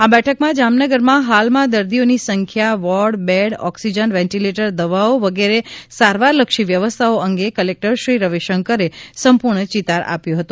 આ બેઠકમાં જામનગરમાં હાલમાં દર્દીઓની સંખ્યા વોર્ડ બેડ ઓક્સિજન વેન્ટિલેટર દવાઓ વગેરે સારવારલક્ષી વ્યવસ્થાઓ અંગે કલેકટરશ્રી રવિશંકરે સંપૂર્ણ ચિતાર આપ્યો હતો